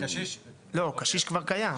לא, קשיש כבר קיים.